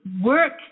work